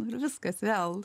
ir viskas vėl